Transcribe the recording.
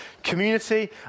Community